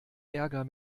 ärger